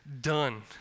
done